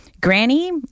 Granny